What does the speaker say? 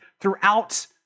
throughout